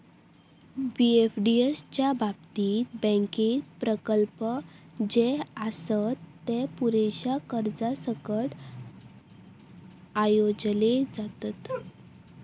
पी.एफडीएफ च्या बाबतीत, बँकेत प्रकल्प जे आसत, जे पुरेशा कर्जासकट आयोजले जातत